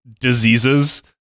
diseases